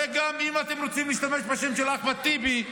הרי גם אם אתם רוצים להשתמש בשם של אחמד טיבי,